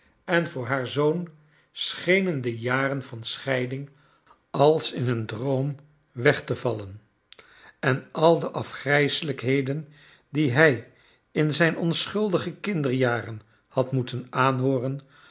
en voor haar zoon schenen de jaren van scheiding als in een droom weg te vallen en ai de afgrijselijkheden die hij in zijn onschuldige kinderjaren had moeten aanhooren